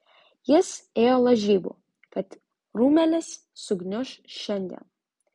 jis ėjo lažybų kad rūmelis sugniuš šiandien